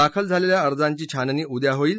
दाखल झालेल्या अर्जांची छाननी उद्या होईल